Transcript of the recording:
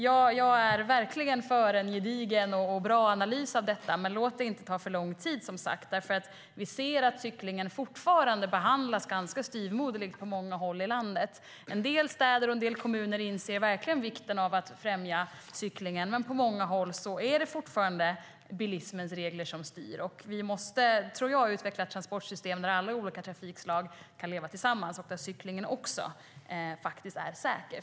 Jag är verkligen för en gedigen och bra analys av detta. Men låt det inte ta för lång tid, som sagt. Vi ser nämligen att cyklingen fortfarande behandlas ganska styvmoderligt på många håll i landet. En del städer och en del kommuner inser verkligen vikten av att främja cyklingen, men på många håll är det fortfarande bilismens regler som styr. Vi måste, tror jag, utveckla transportsystem där alla trafikslag kan leva tillsammans och där cyklingen är säker.